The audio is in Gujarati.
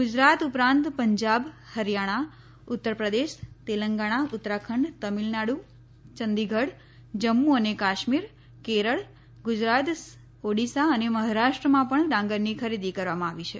ગુજરાત ઉપરાંત પંજાબ હરિયાણા ઉત્તરપ્રદેશ તેલંગણા ઉત્તરાખંડ તમિલનાડુ ચંદીગઢ જમ્મુ અને કાશ્મીર કેરળ ગુજરાત ઓડિશા અને મહારાષ્ટ્રમાં પણ ડાંગરની ખરીદી કરવામાં આવી છે